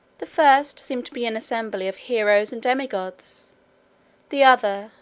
the first seemed to be an assembly of heroes and demigods the other,